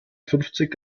fünfzig